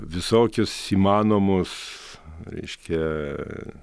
visokius įmanomus reiškia